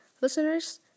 Listeners